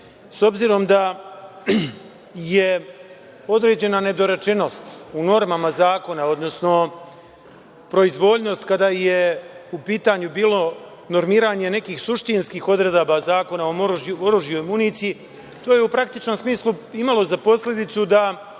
obzirom da je određena nedorečenost u normama zakona, odnosno proizvoljnost kada je u pitanju bilo normiranje nekih suštinskih odredaba Zakona o oružju i municiji, to je u praktičnom smislu imalo za posledicu da